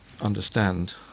understand